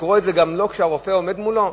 לקרוא את זה גם לא כשהרופא עומד מולם,